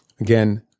Again